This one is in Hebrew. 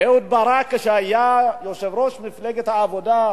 אהוד ברק, כשהיה יושב-ראש מפלגת העבודה,